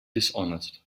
dishonest